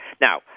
Now